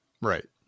Right